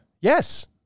yes